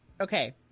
okay